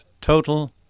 total